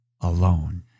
alone